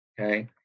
okay